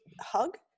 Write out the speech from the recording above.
hug